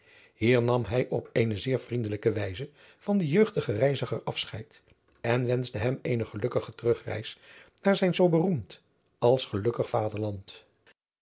hier nam hij op eene zeer vriendelijke wijze van den jeugdigen reiziger afscheid en wenschte hem eene gelukkige terugreis naar zijn zoo beroemd als gelukkig